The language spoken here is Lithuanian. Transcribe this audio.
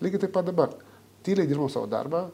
lygiai taip pat dabar tyliai dirbam savo darbą